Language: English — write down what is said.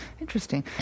Interesting